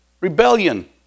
Rebellion